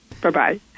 Bye-bye